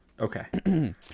Okay